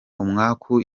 umwaku